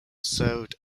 served